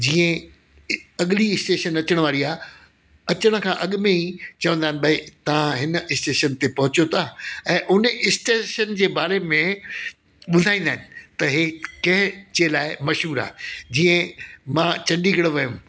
जीअं अगली स्टेशन अचण वारी आहे अचण खां अॻु में ई चवंदा आहिनि भाई तव्हां हिन स्टेशन ते पहुंचो था ऐं उन स्टेशन जे बारे में ॿुधाईंदा आहिनि त हे कंहिंजे लाइ मशहूरु आहे जीअं मां चंडीगढ़ वियुमि